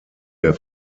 der